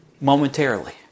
momentarily